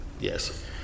Yes